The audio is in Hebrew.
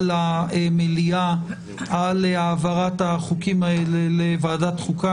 במליאה על העברת החוקים האלה לוועדת החוקה,